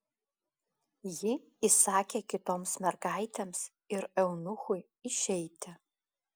ji įsakė kitoms mergaitėms ir eunuchui išeiti